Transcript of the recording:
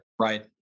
right